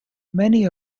many